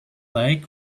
like